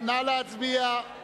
נא להצביע.